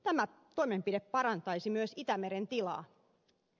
tämä toimenpide parantaisi myös itämeren tilaa